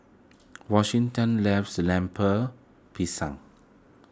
Washington loves Lemper Pisang